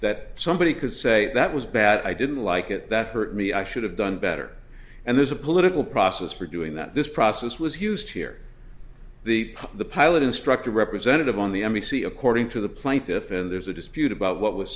that somebody could say that was bad i didn't like it that hurt me i should have done better and there's a political process for doing that this process was used here the the pilot instructor representative on the m e c according to the plaintiff and there's a dispute about what was